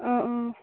অঁ অঁ